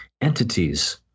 entities